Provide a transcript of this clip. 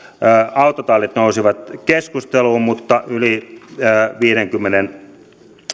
autotallit nousivat keskusteluun mutta yli viidenkymmenen